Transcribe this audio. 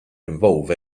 involve